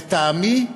לטעמי,